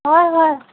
হয় হয়